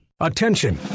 Attention